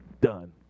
Done